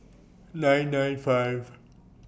nine nine five